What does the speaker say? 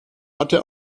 hatte